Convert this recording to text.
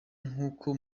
nk’uko